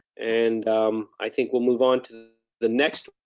and i think we'll move on to the next.